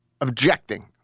Objecting